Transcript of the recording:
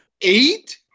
Eight